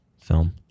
film